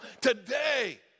today